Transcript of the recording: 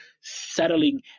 settling